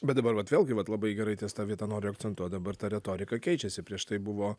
bet dabar vat vėlgi vat labai gerai ties ta vieta noriu akcentuot dabar ta retorika keičiasi prieš tai buvo